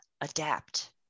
adapt